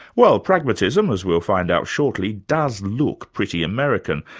well pragmatism, as we'll find out shortly, does look pretty american,